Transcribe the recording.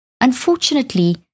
Unfortunately